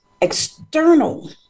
external